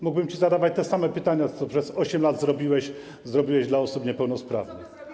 Mógłbym ci zadawać te same pytania: Co przez 8 lat zrobiłeś dla osób niepełnosprawnych?